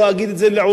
לא אגיד את זה לעולם.